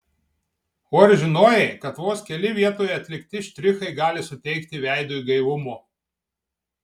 o ar žinojai kad vos keli vietoje atlikti štrichai gali suteikti veidui gaivumo